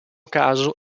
caso